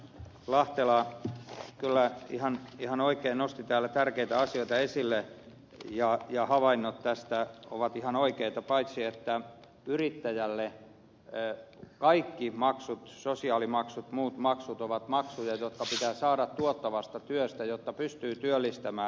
lahtela kyllä ihan oikein nosti täällä tärkeitä asioita esille ja havainnot tästä ovat ihan oikeita paitsi että yrittäjälle kaikki maksut sosiaalimaksut muut maksut ovat maksuja jotka pitää saada tuottavasta työstä jotta pystyy työllistämään